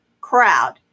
crowd